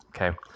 Okay